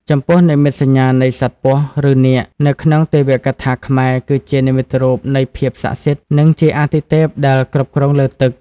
ចំពោះនិមិត្តសញ្ញានៃ សត្វពស់ ឬនាគនៅក្នុងទេវកថាខ្មែរ គឺជានិមិត្តរូបនៃភាពស័ក្តិសិទ្ធិ និងជាអាទិទេពដែលគ្រប់គ្រងលើទឹក។